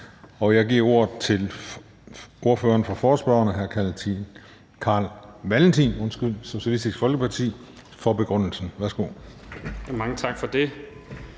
Jeg giver ordet til ordføreren for forespørgerne, hr. Carl Valentin, Socialistisk Folkeparti, for begrundelsen. Værsgo. Kl.